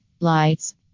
lights